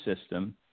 system